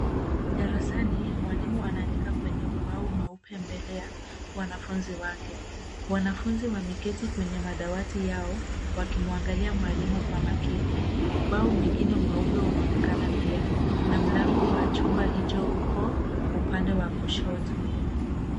Darasani mwalimu anaandika kwenye ubao mweupe mbele ya wanafunzi wake, wanafunzi wameketi kwenye madawati yao wakimwangalia mwalimu kwa makaini, ubao mwingine mweupe unaonekana pia na mlango wa chumba hicho uko upande wa kushoto.